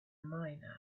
miner